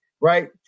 right